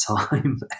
time